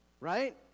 right